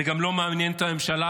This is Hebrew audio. זה לא מעניין גם את הממשלה.